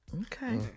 Okay